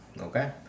Okay